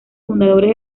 fundadores